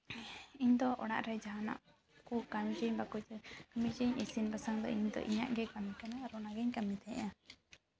ᱤᱧᱫᱚ ᱚᱲᱟᱜ ᱨᱮ ᱡᱟᱦᱟᱱᱟᱜ ᱠᱚ ᱠᱟᱹᱢᱤ ᱦᱚᱪᱚᱧ ᱵᱟᱠᱚ ᱠᱟᱹᱢᱤ ᱦᱚᱪᱚᱧ ᱤᱥᱤᱱ ᱵᱟᱥᱟᱝ ᱫᱚ ᱤᱧᱫᱚ ᱤᱧᱟᱹᱜ ᱜᱮ ᱠᱟᱹᱢᱤ ᱠᱟᱱᱟ ᱚᱱᱟᱜᱤᱧ ᱠᱟᱹᱢᱤ ᱛᱟᱦᱮᱸᱜᱼᱟ